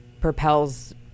propels